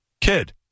kid